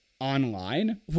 online